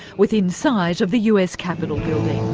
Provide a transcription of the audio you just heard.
within sight of the us capitol building.